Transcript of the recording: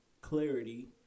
clarity